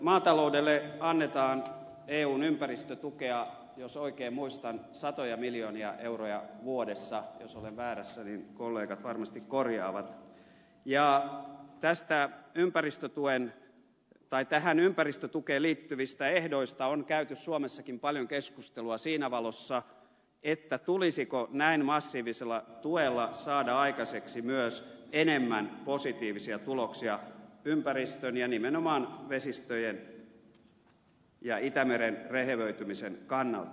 maataloudelle annetaan eun ympäristötukea jos oikein muistan satoja miljoonia euroja vuodessa jos olen väärässä niin kollegat varmasti korjaavat ja tähän ympäristötukeen liittyvistä ehdoista on käyty suomessakin paljon keskustelua siinä valossa tulisiko näin massiivisella tuella saada aikaiseksi myös enemmän positiivisia tuloksia ympäristön ja nimenomaan vesistöjen ja itämeren rehevöitymisen kannalta